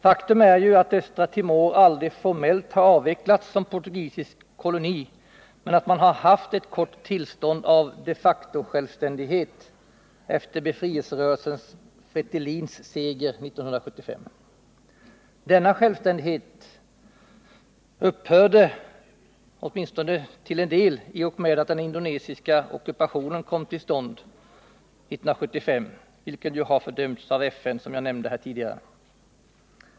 Faktum är ju att Östra Timor aldrig formellt har avvecklats som portugisisk koloni men att man har haft ett kort tillstånd av de facto-självständighet efter befrielserörelsen Fretilins seger 1975. Denna självständighet upphörde, åtminstone till en del, i och med att den indonesiska ockupationen kom till stånd 1975, vilken ju har fördömts av FN, som jag nämnde tidigare.